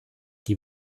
die